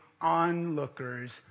onlookers